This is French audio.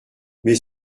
mais